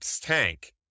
tank